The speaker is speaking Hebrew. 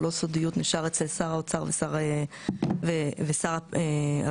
או לא סודיות נשאר אצל שר האוצר ושר הבינוי.